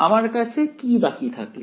আমার কাছে কি বাকি থাকলো